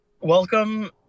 Welcome